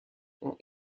ont